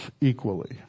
equally